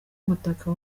umutaka